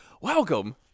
Welcome